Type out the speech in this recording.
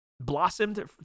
blossomed